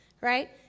right